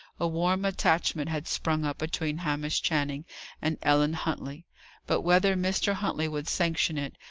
a warm attachment had sprung up between hamish channing and ellen huntley but whether mr. huntley would sanction it,